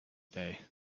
day